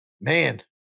Man